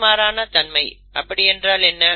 நேர்மாறான தன்மை அப்படி என்றால் என்ன